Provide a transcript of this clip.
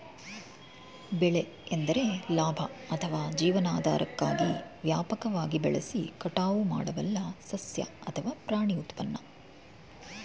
ಬೆಳೆ ಎಂದರೆ ಲಾಭ ಅಥವಾ ಜೀವನಾಧಾರಕ್ಕಾಗಿ ವ್ಯಾಪಕವಾಗಿ ಬೆಳೆಸಿ ಕಟಾವು ಮಾಡಬಲ್ಲ ಸಸ್ಯ ಅಥವಾ ಪ್ರಾಣಿ ಉತ್ಪನ್ನ